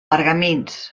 pergamins